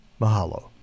Mahalo